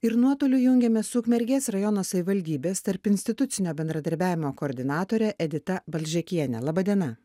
ir nuotoliu jungiamės su ukmergės rajono savivaldybės tarpinstitucinio bendradarbiavimo koordinatore edita balžekiene laba diena